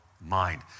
mind